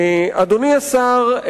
אדוני השר,